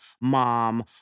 mom